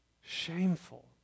shameful